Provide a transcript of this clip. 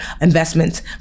investments